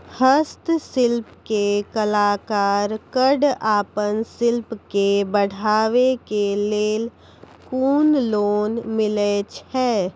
हस्तशिल्प के कलाकार कऽ आपन शिल्प के बढ़ावे के लेल कुन लोन मिलै छै?